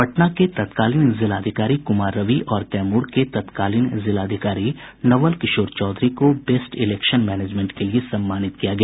पटना के तत्कालीन जिलाधिकारी कुमार रवि और कैमूर के तत्कालीन जिलाधिकारी नवल किशोर चौधरी को बेस्ट इलेक्शन मैनेजमेंट के लिये सम्मानित किया गया